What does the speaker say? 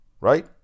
Right